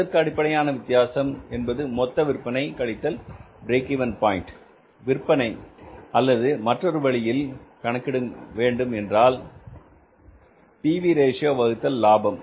அதற்கு அடிப்படையான வித்தியாசம் என்பது மொத்தவிற்பனை கழித்தல் பிரேக் இவென் பாயின்ட் விற்பனை அல்லது மற்றொரு வழியில் கணக்கிடும் என்றால் P V ratio PV Ratio வகுத்தல் லாபம்